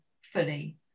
fully